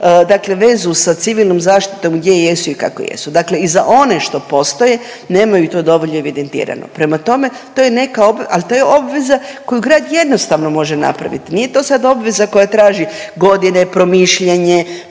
dakle vezu sa civilnom zaštitom gdje jesu i kako jesu. Dakle i za one što postoje nemaju to dolje evidentirano. Prema tome, to je neka, ali to je obveza koju grad jednostavno može napraviti. Nije to sad obveza koja traži godine, promišljanje,